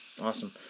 awesome